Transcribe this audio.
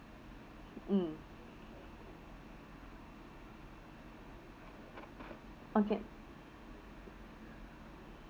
mm okay